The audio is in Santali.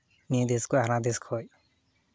ᱱᱤᱭᱟᱹ ᱫᱮᱥ ᱠᱷᱚᱱ ᱦᱟᱱᱟ ᱫᱮᱥ ᱠᱷᱚᱱ